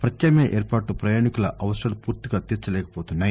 వత్యామ్నాయ ఏర్పాట్లు వయాణికుల అవనరాలు పూర్తిగా తీర్చలేకపోతున్నాయి